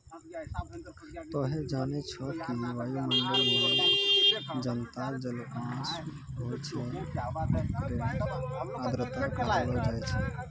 तोहं जानै छौ कि वायुमंडल मं जतना जलवाष्प होय छै होकरे आर्द्रता कहलो जाय छै